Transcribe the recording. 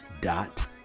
dot